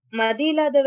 Madila